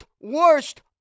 worst